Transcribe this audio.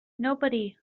nobody